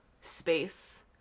space